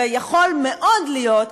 ויכול מאוד להיות,